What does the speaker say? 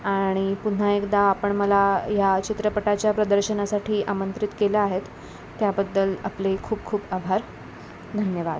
आणि पुन्हा एकदा आपण मला या चित्रपटाच्या प्रदर्शनासाठी आमंत्रित केल्या आहेत त्याबद्दल आपले खूप खूप आभार धन्यवाद